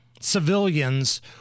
civilians